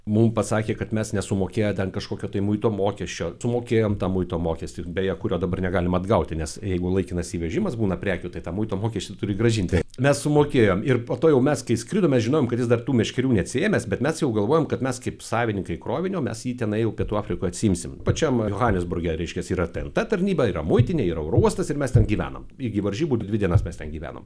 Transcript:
mum pasakė kad mes nesumokėję ten kažkokio to muito mokesčio sumokėjom tą muito mokestį beje kurio dabar negalima atgauti nes jeigu laikinas įvežimas būna prekių tai tą muito mokestį turi grąžinti mes sumokėjom ir po to jau mes kai skridome žinojom kad jis dar tų meškerių neatsiėmęs bet mes jau galvojom kad mes kaip savininkai krovinio mes jį tenai jau pietų afrikoj atsiimsim pačiam johanesburge yra ten ta tarnyba yra muitinė yra oro uostas ir mes ten gyvenam iki varžybų dvi dienas mes ten gyvenom